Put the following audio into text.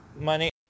money